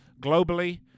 globally